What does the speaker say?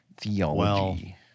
Theology